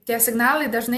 tie signalai dažnai